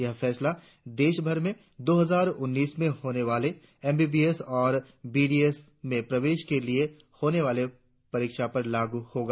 यह फैसला देशभर में दो हजार उन्नीस में होने वाली एमबीबीएस और बीडिएस में प्रवेश के लिए होने वाली परीक्षा पर लागू होगा